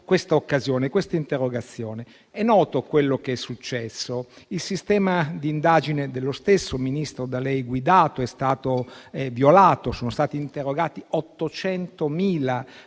che ha generato questa interrogazione. È noto quello che è successo: il sistema di indagine dello stesso Ministero da lei guidato è stato violato. Sono stati interrogati 800.000